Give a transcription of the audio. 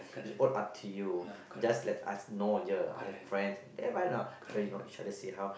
is all up to you just like us know ya I have friends there why not so you know each other see how